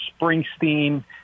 Springsteen